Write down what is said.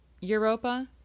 europa